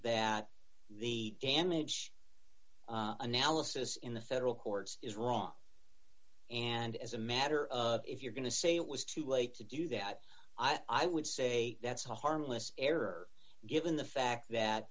that the damage analysis in the federal courts is wrong and as a matter of if you're going to say it was too late to do that i would say that's a harmless error given the fact that